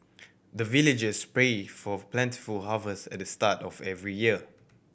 the villagers pray for plentiful harvest at the start of every year